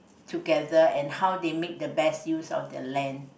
together and how they make the best use of their land